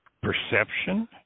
Perception